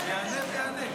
אני אעלה ואענה.